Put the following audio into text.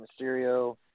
Mysterio